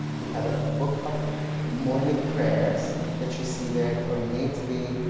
we have a book of morning prayers that you see there ornately